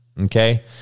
Okay